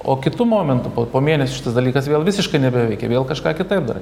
o kitu momentu po po mėnesio šitas dalykas vėl visiškai nebeveikia vėl kažką kitaip darai